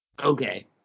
Okay